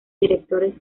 directores